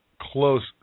close